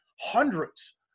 hundreds